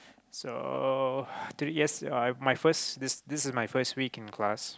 so to yes I my first this this is my first week in class